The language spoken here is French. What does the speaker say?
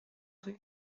rue